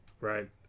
Right